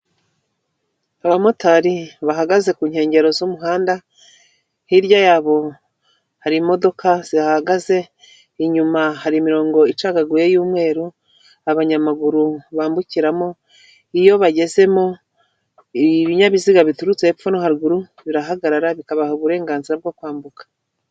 Abamotari bahagaze ku nkengero z'umuhanda, hirya yabo hari imodoka zihahagaze, inyuma hari imirongo icagaguye y'umweru abanyamaguru bambukiramo, iyo bagezemo ibinyabiziga biturutse hepfo no haruguru birahagarara, bikabaha uburenganzira bwo kwambuka.